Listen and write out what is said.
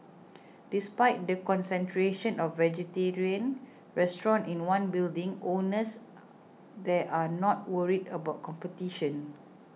despite the concentration of vegetarian restaurants in one building owners there are not worried about competition